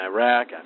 Iraq